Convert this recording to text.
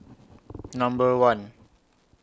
Number one